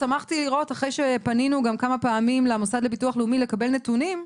אחרי שפנינו כמה פעמים למוסד לביטוח לאומי לקבל נתונים,